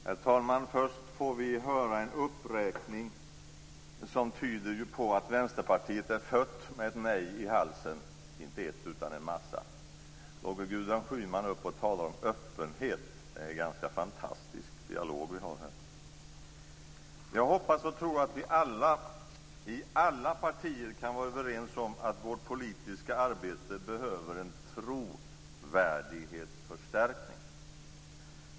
Herr talman! Först får vi höra en uppräkning som ju tyder på att Vänsterpartiet är fött med ett nej i halsen - inte ett utan en massa. Så går Gudrun Schyman upp och pratar om öppenhet. Det är en ganska fantastisk dialog vi har här. Jag hoppas och tror att vi i alla, i alla partier, kan vara överens om att vårt politiska arbete behöver en trovärdighetsförstärkning.